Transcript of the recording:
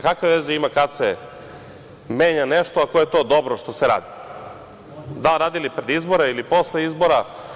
Kakve veze ima kad se menja nešto ako je to dobro što se radi, da li radili pred izbore ili posle izbora?